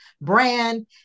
brand